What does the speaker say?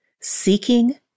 seeking